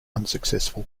unsuccessful